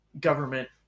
government